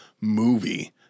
movie